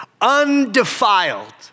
undefiled